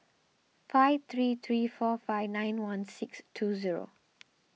five three three four five nine one six two zero